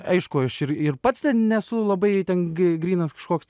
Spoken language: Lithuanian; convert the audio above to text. aišku aš ir ir pats ten nesu labai ten grynas kažkoks tai